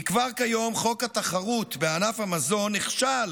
כי כבר כיום חוק התחרות בענף המזון נכשל